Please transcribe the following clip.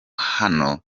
hano